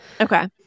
Okay